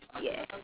yeah